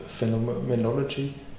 phenomenology